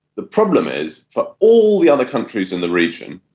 the problem is for all the other countries in the region,